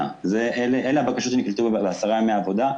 אלה הבקשות שנקלטו לפני עשרה ימי עבודה,